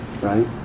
right